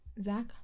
Zach